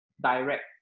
direct